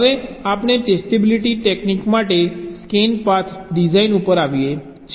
હવે આપણે testability technique માટે સ્કેન પાથ ડિઝાઇન ઉપર આવીએ છીએ